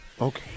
Okay